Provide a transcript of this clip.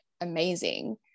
amazing